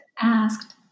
asked